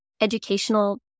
educational